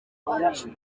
wacu